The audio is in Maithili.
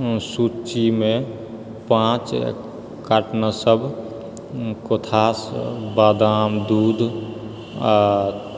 सूचीमे पाँच कार्टनसभ कोथास बादाम दूध आ